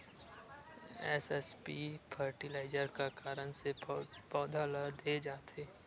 SSP fertiliser का कारण से पौधा ल दे जाथे?